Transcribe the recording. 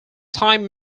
time